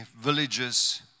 villages